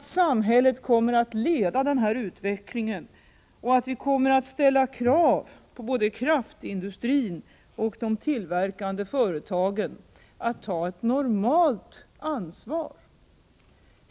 Samhället kommer att leda denna utveckling, och vi kommer att ställa krav på både kraftindustrin och de tillverkande företagen att ta ett normalt ansvar.